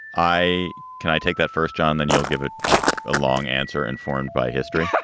i can i take that first, john? then you'll give it a long answer informed by history. yeah